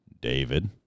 David